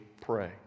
pray